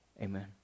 Amen